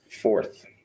Fourth